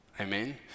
amen